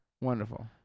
Wonderful